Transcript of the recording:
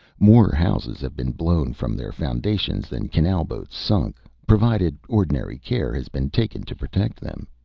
more houses have been blown from their foundations than canal-boats sunk, provided ordinary care has been taken to protect them.